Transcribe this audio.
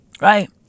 Right